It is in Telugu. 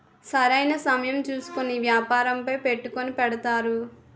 సరైన సమయం చూసుకొని వ్యాపారంపై పెట్టుకుని పెడతారు